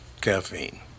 caffeine